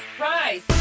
Rise